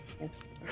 yes